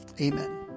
Amen